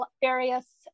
various